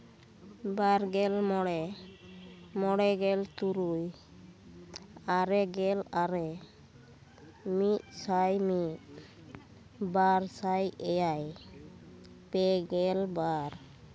ᱵᱟᱨ ᱜᱮᱞ ᱢᱚᱬᱮ ᱢᱚᱬᱮ ᱜᱮᱞ ᱛᱩᱨᱩᱭ ᱟᱨᱮ ᱜᱮᱞ ᱟᱨᱮ ᱢᱤᱫ ᱥᱟᱭ ᱢᱤᱫ ᱵᱟᱨ ᱥᱟᱭ ᱮᱭᱟᱭ ᱯᱮ ᱜᱮᱞ ᱵᱟᱨ